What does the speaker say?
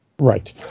Right